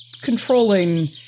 controlling